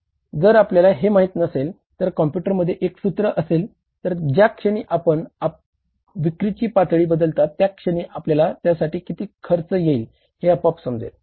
जर आपल्याला हे माहीत नसेल तर कॉम्पुटरमध्ये एक सूत्र असेल तर ज्याक्षणी आपण विक्रीची पातळी बदलता त्या क्षणी आपल्याला त्यासाठी किती खर्च येईल हे आपोआप समजेल